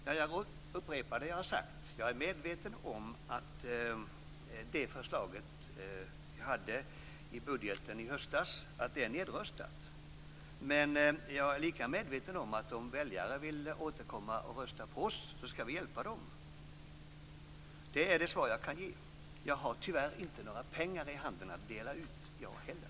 Fru talman! Jag upprepar det jag har sagt. Jag är medveten om att det förslag vi hade i budgeten i höstas är nedröstat. Men jag är lika medveten om att om väljare vill återkomma och rösta på oss skall vi hjälpa dem. Det är det svar jag kan ge. Jag har tyvärr inte några pengar i handen att dela ut, jag heller.